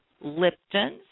Lipton's